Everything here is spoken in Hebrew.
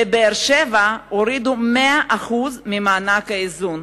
בבאר-שבע הורידו 100% מענק איזון.